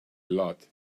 lot